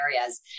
areas